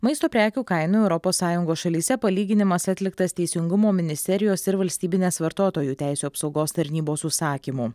maisto prekių kainų europos sąjungos šalyse palyginimas atliktas teisingumo ministerijos ir valstybinės vartotojų teisių apsaugos tarnybos užsakymu